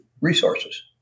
resources